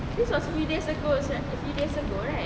this was few days ago sia few days ago right